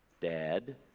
dad